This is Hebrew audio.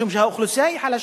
משום שהאוכלוסייה היא חלשה.